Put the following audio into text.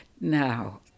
Now